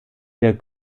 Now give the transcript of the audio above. der